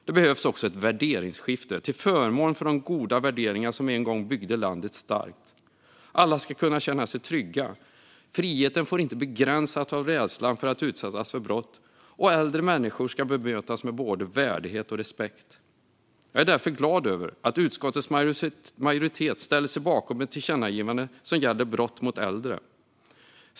Det behövs också ett värderingsskifte till förmån för de goda värderingar som en gång byggde landet starkt. Alla ska kunna känna sig trygga. Friheten får inte begränsas av rädslan för att utsättas för brott, och äldre människor ska bemötas med både värdighet och respekt. Jag är därför glad över att utskottets majoritet ställer sig bakom ett tillkännagivande som gäller brott mot äldre.